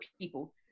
people